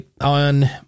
on